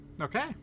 okay